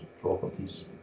properties